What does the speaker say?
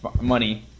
money